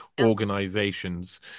organizations